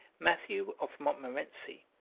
matthew of montmorency,